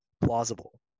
plausible